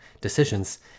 decisions